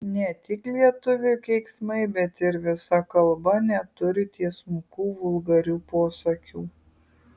ne tik lietuvių keiksmai bet ir visa kalba neturi tiesmukų vulgarių posakių